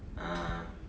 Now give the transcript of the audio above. err